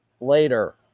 later